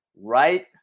right